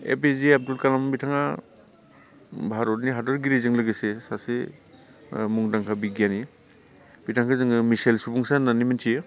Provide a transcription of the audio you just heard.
APJ Abdul Kalam बिथाङा भारतनि हादरगिरिजों लोगोसे सासे ओह मुंदांखा बिगियानि बिथांखौ जोङो मिसेल सुबंसा होन्नानै मिथियो